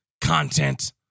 content